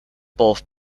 both